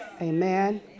Amen